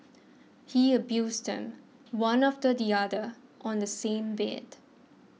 he abused them one after the other on the same bed